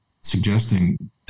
suggesting